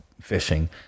fishing